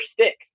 stick